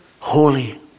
holy